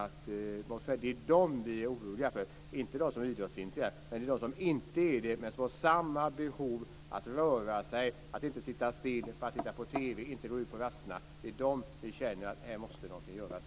Det är dem vi är oroliga för, inte dem som är idrottsintresserade. Det är de som inte är det, men som har samma behov av att röra på sig, att inte sitta still och titta på TV, att inte låta bli att gå ut på rasterna. Det är för dem vi känner att något måste göras.